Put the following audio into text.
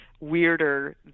weirder